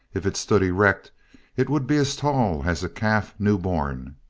if it stood erect it would be as tall as a calf new-born.